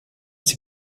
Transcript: die